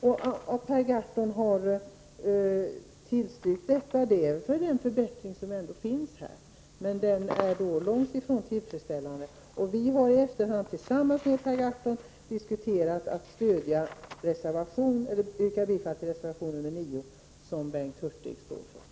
Att Per Gahrton har tillstyrkt skrivningen beror på den lilla förbättring som ändå finns. Men den är långtifrån tillfredsställande. Vi har i efterhand tillsammans med Per Gahrton diskuterat att yrka bifall till reservation 9 som Bengt Hurtig står för.